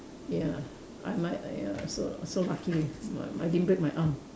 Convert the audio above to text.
ya I might ya so so lucky with I I didn't break my arm